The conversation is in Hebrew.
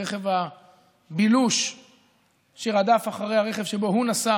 רכב הבילוש שרדף אחרי הרכב שבו הוא נסע